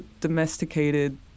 domesticated